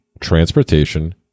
transportation